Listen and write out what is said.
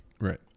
Right